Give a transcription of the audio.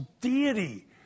deity